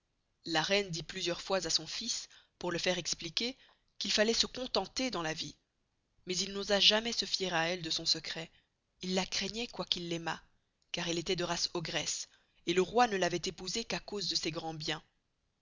la reine dit plusieurs fois à son fils pour le faire expliquer qu'il falloit se contenter dans la vie mais il n'osa jamais se fier à elle de son secret il la craignoit quoy qu'il l'aimast car elle estoit de race ogresse et le roi ne l'avoit épousée qu'à cause de ses grands biens